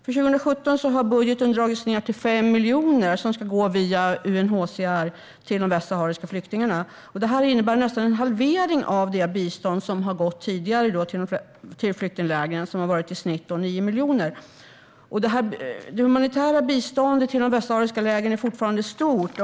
För 2017 har budgeten dragits ned till 5 miljoner som ska gå via UNHCR till de västsahariska flyktingarna. Det innebär nästan en halvering av det bistånd som tidigare har gått till flyktinglägren som varit i snitt 9 miljoner. Det humanitära biståndet till de västsahariska lägren är fortfarande stort.